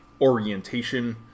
orientation